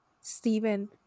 Steven